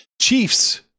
Chiefs